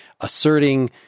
asserting